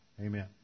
Amen